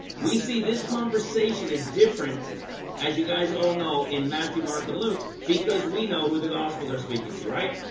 we see this conversation is different as you guys all know in matthew mark and luke because we know who the gospels are speaking to, right?